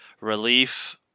relief